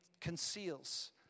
conceals